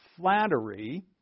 flattery